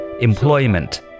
employment